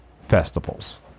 festivals